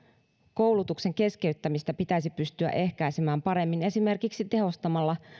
koulutuksen keskeyttämistä pitäisi pystyä ehkäisemään paremmin esimerkiksi tehostamalla